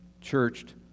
churched